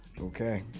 Okay